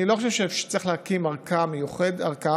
אני לא חושב שצריך להקים ערכאה מיוחדת,